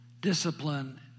discipline